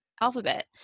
alphabet